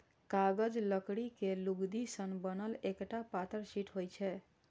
कागज लकड़ी के लुगदी सं बनल एकटा पातर शीट होइ छै